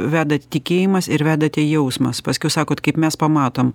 veda tikėjimas ir vedate jausmas paskiau sakot kaip mes pamatom